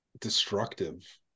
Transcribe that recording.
destructive